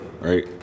right